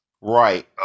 right